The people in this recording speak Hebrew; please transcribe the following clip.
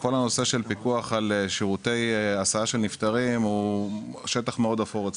כל הנושא של פיקוח על שירותי הסעה של נפטרים הוא שטח אפור.